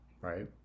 right